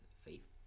faith